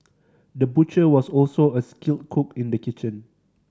the butcher was also a skilled cook in the kitchen